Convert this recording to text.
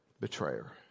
betrayer